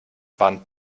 warnt